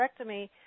hysterectomy